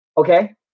Okay